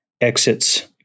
exits